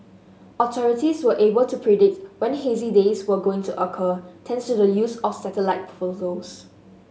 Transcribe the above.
authorities were able to predict when hazy days were going to occur thanks to the use of satellite photos